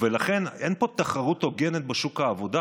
לכן אין פה תחרות הוגנת בשוק העבודה.